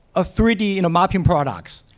ah three d you know mapping products.